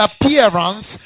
appearance